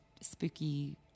spooky